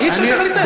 אי-אפשר ככה להתנהל.